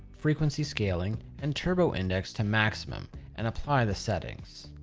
frequency scaling and turbo index to maximum and apply the settings.